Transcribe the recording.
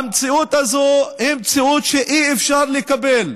המציאות הזו היא מציאות שאי-אפשר לקבל,